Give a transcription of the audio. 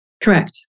Correct